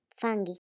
Fungi